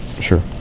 sure